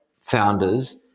founders